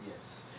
Yes